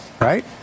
right